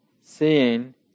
seeing